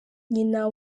nyina